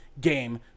game